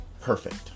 perfect